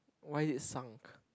why is it sunk